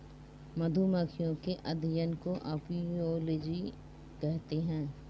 मधुमक्खियों के अध्ययन को अपियोलोजी कहते हैं